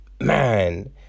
man